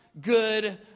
good